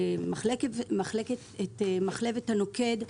מחלבת הנוקד,